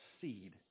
seed